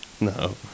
No